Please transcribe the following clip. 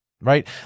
right